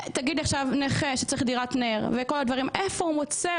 נכה שצריך דירה, איפה הוא מוצא?